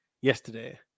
yesterday